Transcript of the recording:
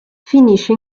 finisce